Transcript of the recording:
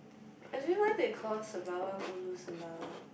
actually why they call sembawang ulu sembawang